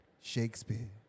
Shakespeare